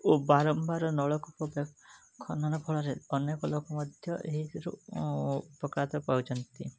ଓ ବାରମ୍ବାର ନଳକୂପ ଖନନ ଫଳରେ ଅନେକ ଲୋକ ମଧ୍ୟ ଏହିଥିରୁ ଉପକୃତ ପାଉଛନ୍ତି